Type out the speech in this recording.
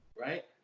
right